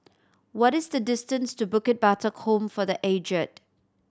what is the distance to Bukit Batok Home for The Aged